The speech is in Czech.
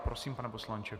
Prosím, pane poslanče.